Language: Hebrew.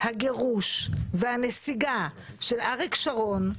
הגירוש והנסיגה של אריק שרון,